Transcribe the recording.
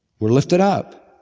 we're lifted up.